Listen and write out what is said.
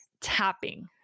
tapping